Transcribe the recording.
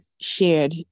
shared